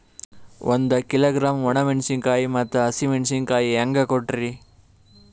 ಒಂದ ಕಿಲೋಗ್ರಾಂ, ಒಣ ಮೇಣಶೀಕಾಯಿ ಮತ್ತ ಹಸಿ ಮೇಣಶೀಕಾಯಿ ಹೆಂಗ ಕೊಟ್ರಿ?